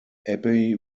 abbey